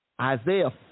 Isaiah